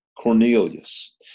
Cornelius